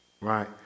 right